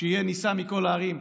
שיהיה נישא מכל ההרים,